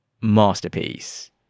masterpiece